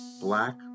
Black